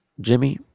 Jimmy